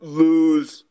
lose